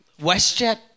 WestJet